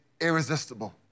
irresistible